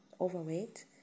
overweight